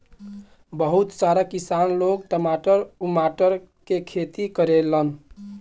बहुत सारा किसान लोग टमाटर उमाटर के खेती करेलन